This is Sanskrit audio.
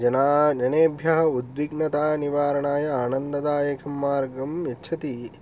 जनान् जनेभ्यः उद्विघ्नतानिवारणाय आनन्ददायकं मार्गं यच्छति